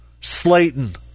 Slayton